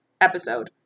episode